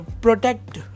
protect